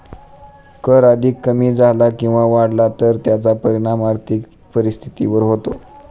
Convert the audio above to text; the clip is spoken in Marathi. कर अधिक कमी झाला किंवा वाढला तर त्याचा परिणाम आर्थिक परिस्थितीवर होतो